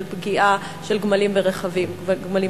של פגיעה של גמלים משוטטים ברכבים?